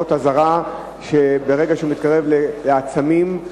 אות אזהרה ברגע שהוא מתקרב לעצמים,